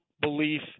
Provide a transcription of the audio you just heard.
belief